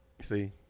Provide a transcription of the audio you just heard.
See